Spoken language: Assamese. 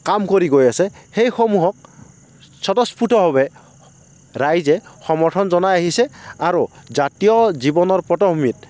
কাম কৰি গৈ আছে সেইসমূহক স্বতঃস্ফূতভাৱে ৰাইজে সমৰ্থন জনাই আহিছে আৰু জাতীয় জীৱনৰ পটভূমিত